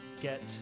get